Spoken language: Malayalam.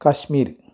കശ്മീർ